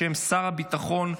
בשם שר הביטחון,